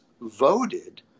voted